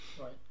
Right